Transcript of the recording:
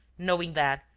knowing that,